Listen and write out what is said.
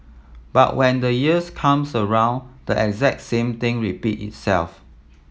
but when the years comes around the exact same thing repeats itself